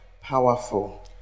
powerful